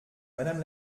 madame